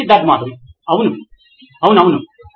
Siddharth Maturi CEO నోయిన్ electronics అవును అవును అవును